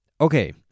Okay